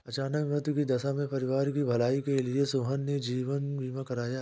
अचानक मृत्यु की दशा में परिवार की भलाई के लिए सोहन ने जीवन बीमा करवाया